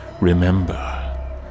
remember